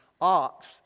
ox